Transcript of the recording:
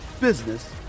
business